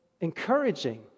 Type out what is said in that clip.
encouraging